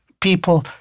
people